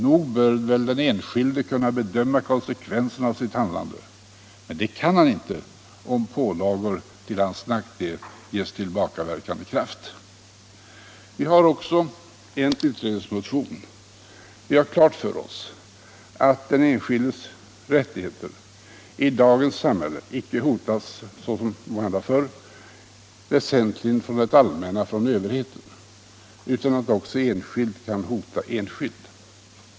Nog bör väl den enskilde kunna bedöma konsekvenserna av sitt handlande, men det kan han inte, om pålagor till hans nackdel ges tillbakaverkande kraft. Vi har också en motion med yrkande på utredning. Vi har klart för oss att den enskildes rättigheter i dagens samhälle inte hotas såsom måhända förr väsentligen från det allmänna, från överheten, utan att också enskild kan hota enskild.